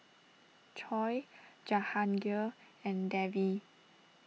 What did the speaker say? Choor Jahangir and Devi